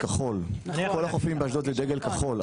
כל החופים באשדוד זה דגל כחול.